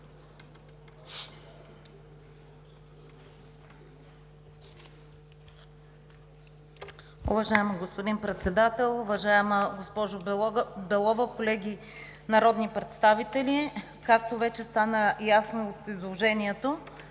вече стана ясно от изложението,